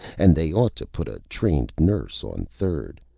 and they ought to put a trained nurse on third,